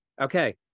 okay